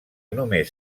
només